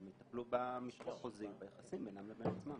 והם יטפלו בחוזים ביחסים בינם לבין עצמם.